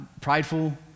prideful